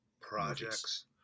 projects